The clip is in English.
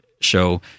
show